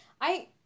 I-